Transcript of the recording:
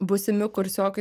būsimi kursiokai